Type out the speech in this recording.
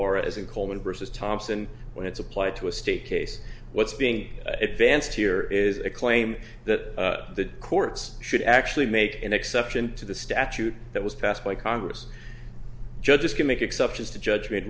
bar as in coleman versus thompson when it's applied to a state case what's being advanced here is a claim that the courts should actually make an exception to the statute that was passed by congress judges can make exceptions to judge made